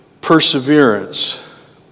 perseverance